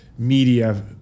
Media